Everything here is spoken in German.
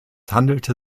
handelte